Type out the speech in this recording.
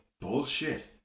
bullshit